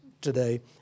today